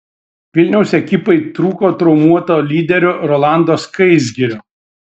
vilniaus ekipai trūko traumuoto lyderio rolando skaisgirio